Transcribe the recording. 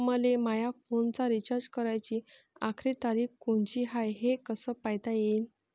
मले माया फोनचा रिचार्ज कराची आखरी तारीख कोनची हाय, हे कस पायता येईन?